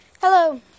hello